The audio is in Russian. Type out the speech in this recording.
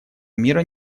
мира